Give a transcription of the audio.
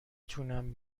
تونم